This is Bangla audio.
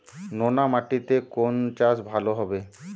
নোনা মাটিতে কোন চাষ ভালো হবে?